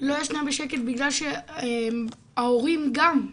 לא ישנה בשקט, בגלל שההורים גם,